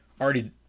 already